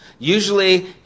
Usually